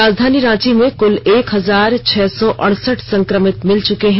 राजधानी रांची में कुल एक हजार छह सौ अरसठ संक्रमित मिल चुके हैं